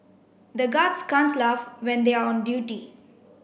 the guards can't laugh when they are on duty